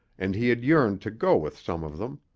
and he had yearned to go with some of them.